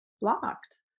blocked